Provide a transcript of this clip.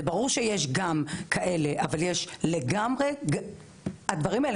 זה ברור שיש גם כאלה אבל הדברים האלו